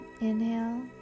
Inhale